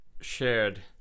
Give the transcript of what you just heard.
Shared